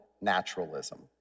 naturalism